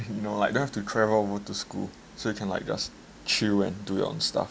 you know like don't have to travel over to school so you can like just chill and do your own stuff